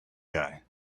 guy